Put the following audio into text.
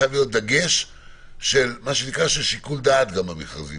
הם לא יצליחו להבין אדם חרדי שיגיד: ניהלתי גמ"ח מרכזי